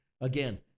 Again